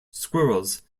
squirrels